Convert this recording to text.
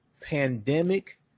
pandemic